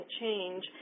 change